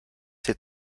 ses